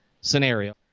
scenario